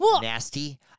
nasty